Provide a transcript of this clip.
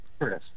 Chris